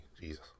Jesus